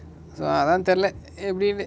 so அதா தெரில எப்டினு:athaa therila epdinu